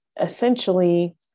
essentially